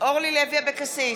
אורלי לוי אבקסיס,